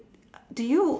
uh do you